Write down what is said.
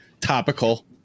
topical